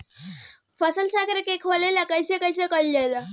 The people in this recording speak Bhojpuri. फसल चक्रण का होखेला और कईसे कईल जाला?